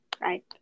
right